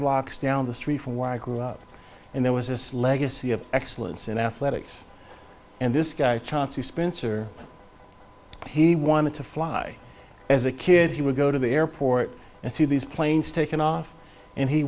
blocks down the street from where i grew up and there was this legacy of excellence in athletics and this guy chauncey spencer he wanted to fly as a kid he would go to the airport and see these planes taking off and he